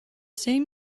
same